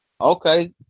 Okay